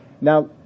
Now